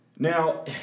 Now